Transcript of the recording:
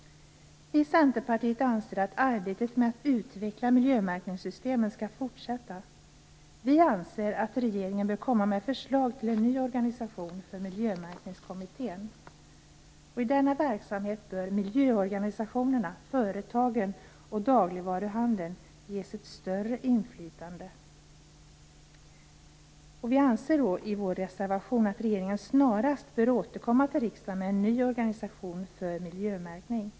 Vi i Centerpartiet anser att utvecklingen med att utveckla miljömärkningssystemen skall fortsätta. Vi menar att regeringen bör komma med förslag till en ny organisation för Miljömärkningskommittén. I denna verksamhet bör miljöorganisationerna, företagen och dagligvaruhandeln ges ett större inflytande. I vår reservation säger vi att regeringen snarast bör återkomma till riksdagen med förslag till en ny organisation för miljömärkning.